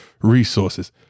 resources